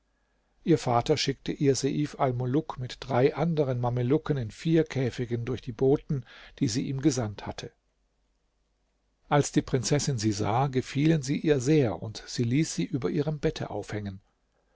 ihr vater schickte ihr seif almuluk mit drei anderen mamelucken in vier käfigen durch die boten die sie ihm gesandt hatte als die prinzessin sie sah gefielen sie ihr sehr und sie ließ sie über ihrem bett aufhängen